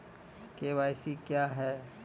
KYC क्या हैं?